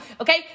Okay